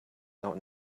out